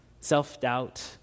self-doubt